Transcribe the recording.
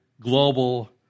global